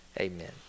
Amen